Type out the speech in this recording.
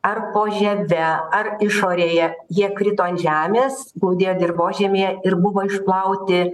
ar po žieve ar išorėje jie krito ant žemės glūdėjo dirvožemyje ir buvo išplauti